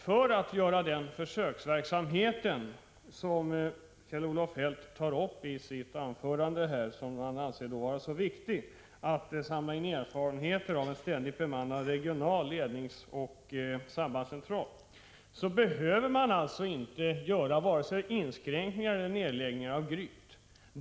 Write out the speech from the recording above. För att genomföra den försöksverksamhet som Kjell-Olof Feldt i sitt anförande framhåller som så viktig, att samla in erfarenheter av en ständigt bemannad regional ledningsoch sambandscentral, behöver man inte göra vare sig nedläggningar eller inskränkningar i Gryt.